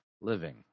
living